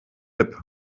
hip